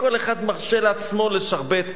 כל אחד מרשה לעצמו לשרבט.